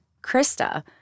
Krista